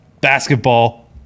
basketball